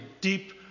deep